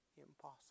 impossible